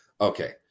Okay